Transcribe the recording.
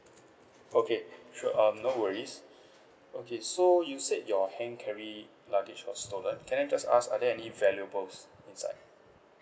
okay sure um no worries okay so you said your hand carry luggage got stolen can I just ask are there any valuables inside